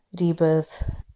rebirth